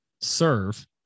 serve